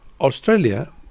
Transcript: Australia